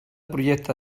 projecte